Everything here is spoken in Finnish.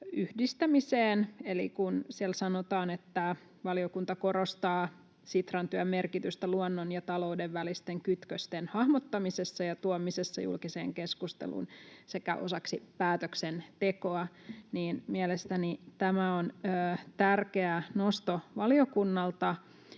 yhdistämiseen: Eli kun siellä sanotaan, että valiokunta korostaa Sitran työn merkitystä luonnon ja talouden välisten kytkösten hahmottamisessa ja tuomisessa julkiseen keskusteluun sekä osaksi päätöksentekoa, niin mielestäni tämä on tärkeä nosto valiokunnalta,